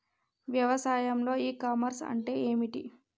వ్యవసాయంలో e commerce అంటే ఏమిటి?